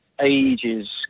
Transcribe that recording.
ages